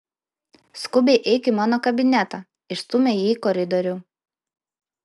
skubiai eik į mano kabinetą išstūmė jį į koridorių